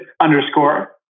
underscore